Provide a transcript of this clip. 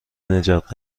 نجات